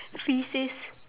faeces